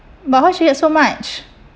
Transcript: but how she have so much